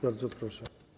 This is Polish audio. Bardzo proszę.